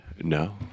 No